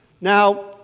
Now